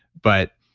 but